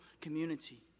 community